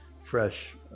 Fresh